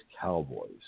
Cowboys